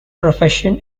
profession